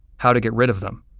how to get rid of them.